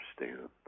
understand